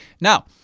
now